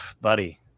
buddy